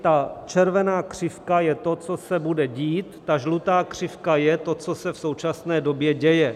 Ta červená křivka je to, co se bude dít, ta žlutá křivka je to, co se v současné době děje.